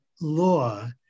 law